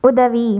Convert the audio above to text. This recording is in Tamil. உதவி